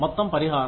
మొత్తం పరిహారం